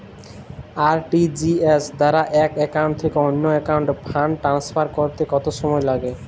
RTGS দ্বারা এক account থেকে অন্য একাউন্টে ফান্ড ট্রান্সফার করতে কত সময় লাগে?